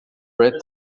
read